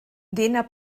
dina